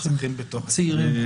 שני נרצחים בתוך --- צעירים.